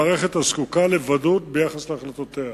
המערכת הזקוקה לוודאות ביחס להחלטותיה.